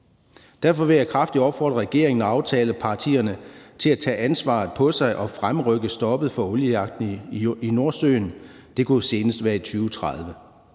Derfor vil jeg kraftigt opfordre regeringen og aftalepartierne til at tage ansvaret på sig og fremrykke stoppet for oliejagten i Nordsøen. Det kunne jo senest være i 2030.